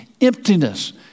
emptiness